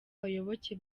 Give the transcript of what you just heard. bayoboke